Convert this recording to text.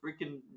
freaking